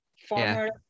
Former